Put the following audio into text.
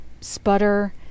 sputter